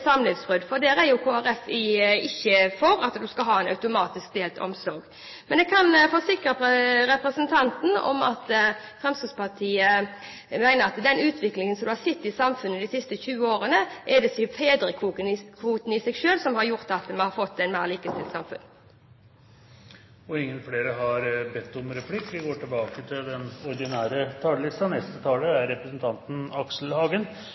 For Kristelig Folkeparti er jo ikke for at en skal ha en automatisk delt omsorg? Men jeg kan forsikre representanten om at Fremskrittspartiet mener at i den utviklingen en har sett i samfunnet de siste 20 årene, er det ikke fedrekvoten i seg selv som har gjort at vi har fått et mer likestilt samfunn. Replikkordskiftet er omme. Sannsynligvis er vi i utgangspunktet enige om at fedre skal delta aktivt og selvstendig i barneomsorg. Hvis vi